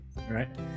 right